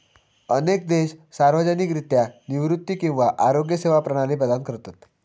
अनेक देश सार्वजनिकरित्या निवृत्ती किंवा आरोग्य सेवा प्रणाली प्रदान करतत